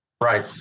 Right